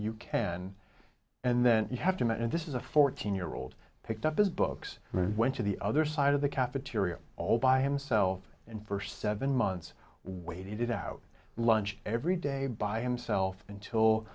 you can and then you have to and this is a fourteen year old picked up his books and went to the other side of the cafeteria all by himself and for seven months waited out lunch every day by himself until